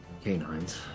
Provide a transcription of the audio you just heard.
canines